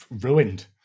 Ruined